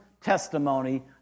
testimony